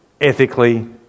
ethically